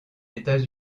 états